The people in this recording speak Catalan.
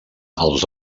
els